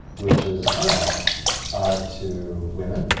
which is a turn-off to women,